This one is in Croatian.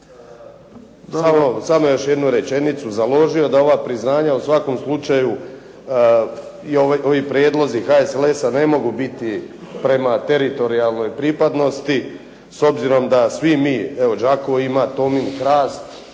samo još jednu rečenicu založio, da ova priznanja u svakom slučaju i ovi prijedlozi HSLS-a ne mogu biti prema teritorijalnoj pripadnosti, s obzirom da svi mi, evo …/Govornik se